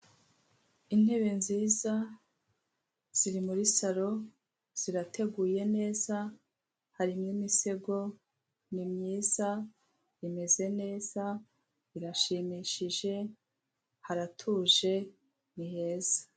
Intebe nziza, ziri muri saro, zirateguye neza, harimo imisego, ni myiza, imeze neza, irashimishije, haratuje, ni heza.